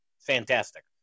Fantastic